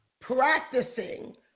practicing